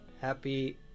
Happy